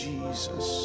Jesus